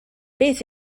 beth